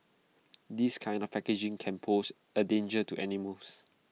this kind of packaging can pose A danger to animals